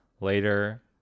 later